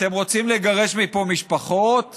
אתם רוצים לגרש מפה משפחות וילדים.